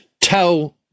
tell